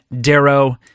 darrow